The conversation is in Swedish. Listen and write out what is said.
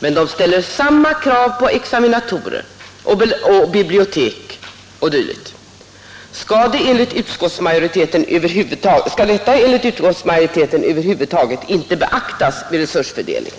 Men de ställer samma krav på examinatorer, bibliotek m.m. Skall detta enligt utskottsmajoriteten över huvud taget inte beaktas vid resursfördelningen?